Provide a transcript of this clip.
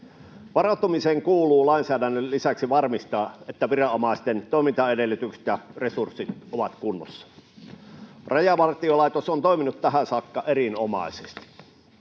Varautumiseen kuuluu lainsäädännön lisäksi varmistaa, että viranomaisten toimintaedellytykset ja resurssit ovat kunnossa. Rajavartiolaitos on toiminut tähän saakka erinomaisesti.